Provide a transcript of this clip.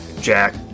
Jack